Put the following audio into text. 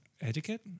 etiquette